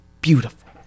beautiful